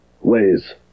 ways